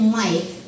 life